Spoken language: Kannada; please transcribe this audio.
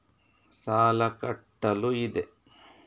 ಸಾಲ ಕಟ್ಟಲು ಇದೆ